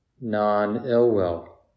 non-ill-will